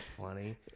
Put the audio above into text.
funny